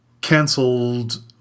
canceled